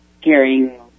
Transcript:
carrying